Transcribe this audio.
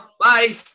Bye